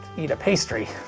eat a pastry!